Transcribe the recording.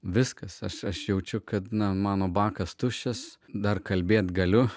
viskas aš jaučiu kad na mano bakas tuščias dar kalbėti galiu